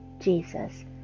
Jesus